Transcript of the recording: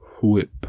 whip